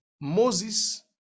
Moses